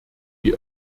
die